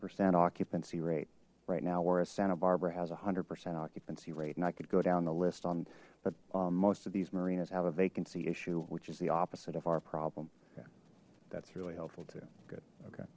percent occupancy rate right now whereas santa barbara has a hundred percent occupancy rate and i could go down the list on but most of these marinas have a vacancy issue which is the opposite of our problem yeah that's really helpful too good okay